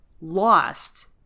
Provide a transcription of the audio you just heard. lost